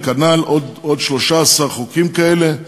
וכנ"ל עוד 13 חוקים כאלה,